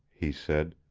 he said.